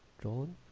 john